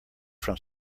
from